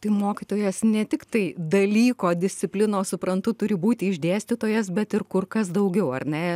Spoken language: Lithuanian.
tai mokytojas ne tiktai dalyko disciplinos suprantu turi būti išdėstytojas bet ir kur kas daugiau ar ne